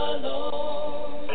alone